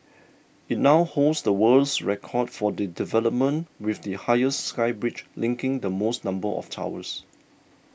it now holds the world's record for the development with the highest sky bridge linking the most number of towers